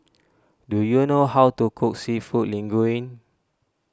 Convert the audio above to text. do you know how to cook Seafood Linguine